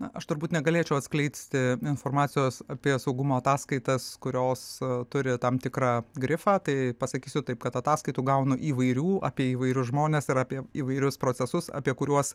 na aš turbūt negalėčiau atskleisti informacijos apie saugumo ataskaitas kurios turi tam tikrą grifą tai pasakysiu taip kad ataskaitų gaunu įvairių apie įvairius žmones ir apie įvairius procesus apie kuriuos